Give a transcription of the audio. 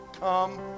come